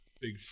big